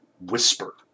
whisper